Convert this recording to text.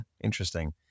interesting